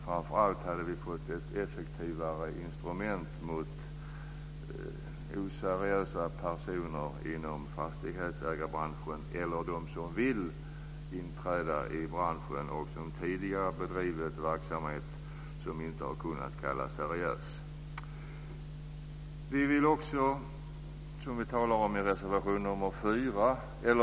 Framför allt hade man fått ett effektivare instrument att använda mot oseriösa personer inom fastighetsägarbranschen och mot att personer som tidigare har bedrivit oseriös verksamhet inom branschen skulle få tillträde till denna.